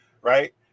right